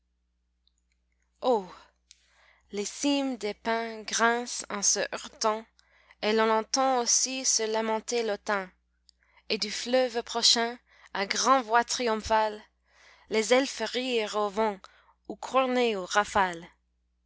les cimes des pins grincent en se heurtant et l'on entend aussi se lamenter l'autan et du fleuve prochain à grand'voix triomphales les elfes rire au vent ou corner aux rafales